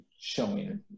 showing